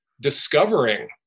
discovering